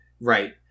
Right